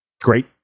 Great